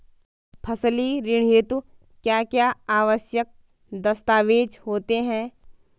फसली ऋण हेतु क्या क्या आवश्यक दस्तावेज़ होते हैं?